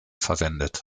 verwendet